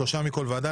שלושה מכל ועדה,